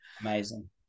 Amazing